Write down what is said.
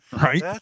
right